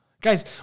Guys